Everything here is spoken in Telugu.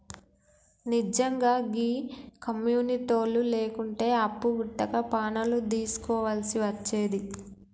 నిజ్జంగా గీ కమ్యునిటోళ్లు లేకుంటే అప్పు వుట్టక పానాలు దీస్కోవల్సి వచ్చేది